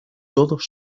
todos